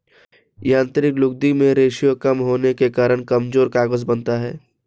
यांत्रिक लुगदी में रेशें कम होने के कारण कमजोर कागज बनता है